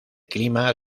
clima